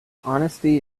honesty